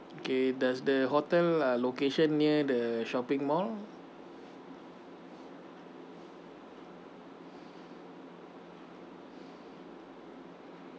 okay does the hotel uh location near the shopping mall